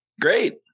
Great